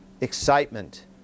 excitement